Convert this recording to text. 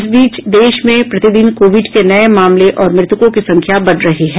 इस बीच देश में प्रतिदिन कोविड के नये मामले और मृतकों की संख्या बढ रही है